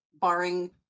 barring